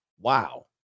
Wow